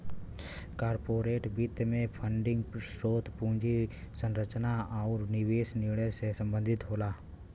corporate वित्त में funding स्रोत, पूंजी संरचना आुर निवेश निर्णय से संबंधित होला